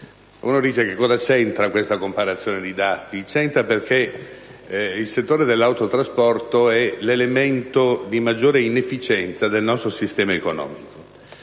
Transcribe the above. Germania. Cosa c'entra questa comparazione dei dati? C'entra, perché il settore dell'autotrasporto è l'elemento di maggiore inefficienza del nostro sistema economico.